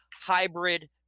hybrid